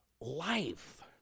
life